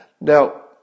Now